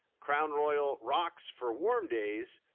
crown royal rocks for warm days,